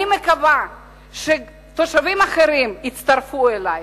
אני מקווה שתושבים אחרים יצטרפו אלי.